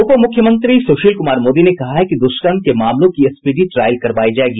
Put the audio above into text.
उपमुख्यमंत्री सुशील कुमार मोदी ने कहा है कि दुष्कर्म के मामलों की स्पीडी ट्रायल करवायी जायेगी